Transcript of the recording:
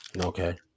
Okay